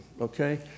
okay